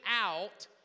out